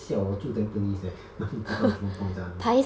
siao 我住 tampines leh 哪里知道 jurong east 在哪里